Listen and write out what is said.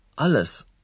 alles